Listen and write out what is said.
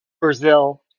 Brazil